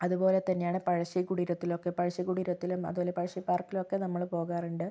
അതുപോലെ തന്നെയാണ് പഴശ്ശീകുടീരത്തിലൊക്കെ പഴശ്ശീകുടീരത്തിലും അതേപോലെ പഴശ്ശീപാർക്കിലും ഒക്കെ നമ്മൾ പോകാറുണ്ട്